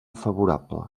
favorable